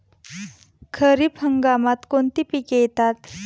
खरीप हंगामात कोणती पिके येतात?